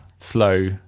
slow